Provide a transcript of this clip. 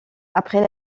après